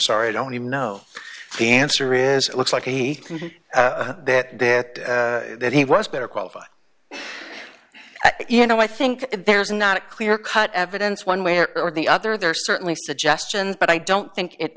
sorry i don't even know the answer is it looks like he that that he was better qualified you know i think there's not a clear cut evidence one way or the other there certainly suggestions but i don't think it